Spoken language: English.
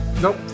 Nope